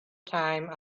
time